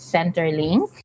Centerlink